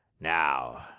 Now